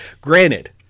Granted